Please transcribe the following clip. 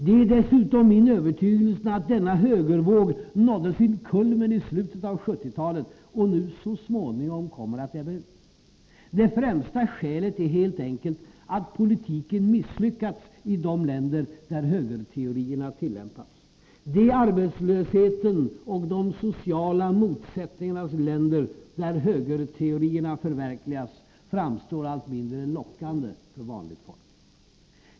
Det är dessutom min övertygelse att denna högervåg nådde sin kulmen i slutet av 1970-talet och nu så småningom kommer att ebba ut. Det främsta skälet är helt enkelt att politiken misslyckats i de länder där högerteorierna tillämpats. De arbetslöshetens och de sociala motsättningarnas länder där högerteorierna förverkligats framstår allt mindre lockande för vanligt folk.